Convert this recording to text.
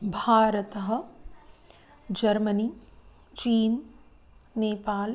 भारतं जर्मनी चीन् नेपाल्